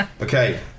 Okay